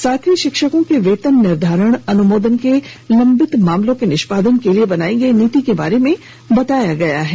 साथ ही शिक्षकों के वेतन निर्धारण अनुमोदन के लंबित मामलों के निष्पादन के लिए बनाई गई नीति के बारे में बताया गया है